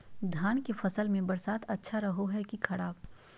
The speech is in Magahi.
धान के फसल में बरसात अच्छा रहो है कि खराब?